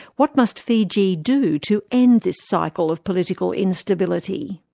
what must fiji do to end this cycle of political instability?